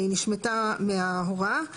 נשמטה מההוראה.